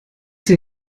sie